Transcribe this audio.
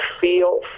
feel